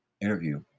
interview